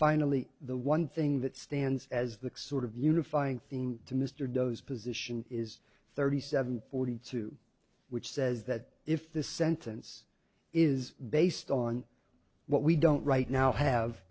finally the one thing that stands as the sort of unifying theme to mr doe's position is thirty seven forty two which says that if the sentence is based on what we don't right now have